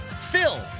Phil